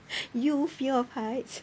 you fear of heights